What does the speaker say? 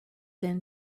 than